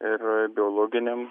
ir biologinėm